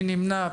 מי נמנע?